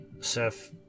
Seth